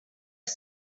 his